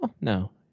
No